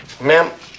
Ma'am